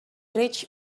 reached